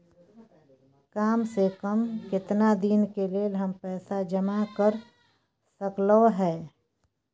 काम से कम केतना दिन के लेल हम पैसा जमा कर सकलौं हैं?